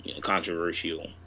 Controversial